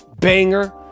Banger